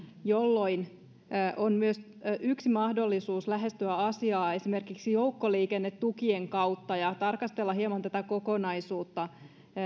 jolloin yksi mahdollisuus lähestyä asiaa on esimerkiksi joukkoliikennetukien kautta ja tarkastella hieman tätä kokonaisuutta